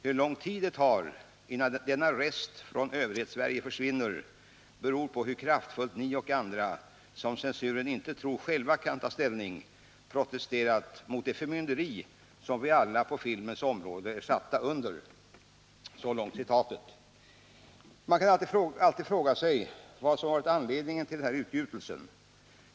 Hur lång tid det tar, innan denna röst från överhets-Sverige försvinner beror på hur kraftfullt ni och andra, som censuren inte tror själva kan ta ställning, protesterar mot det förmynderi som vi alla på filmens område är satta under.” Man kan alltid fråga sig vad som varit anledningen till denna utgjutelse.